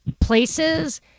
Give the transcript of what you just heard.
places